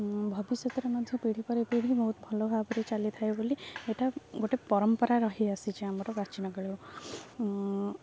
ଭବିଷ୍ୟତରେ ମଧ୍ୟ ପିଢ଼ି ପରେ ପିଢ଼ି ବହୁତ ଭଲ ଭାବରେ ଚାଲିଥାଏ ବୋଲି ଏଟା ଗୋଟେ ପରମ୍ପରା ରହି ଆସିଚି ଆମର ବାାଚୀନାଗଳ